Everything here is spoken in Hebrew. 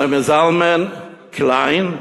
שלמה זלמן קליין,